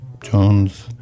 Jones